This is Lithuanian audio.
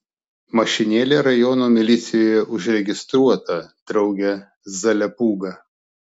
mašinėlė rajono milicijoje užregistruota drauge zaliapūga